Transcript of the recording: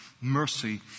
mercy